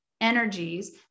energies